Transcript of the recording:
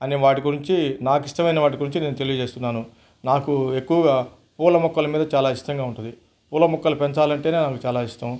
అని వాటి గురించి నాకు ఇష్టమైన వాటి గురించి నేను తెలియజేస్తున్నాను నాకు ఎక్కువగా పూల మొక్కల మీద చాలా ఇష్టంగా ఉంటది పూల మొక్కలు పెంచాలంటేనే నాకు చాలా ఇష్టం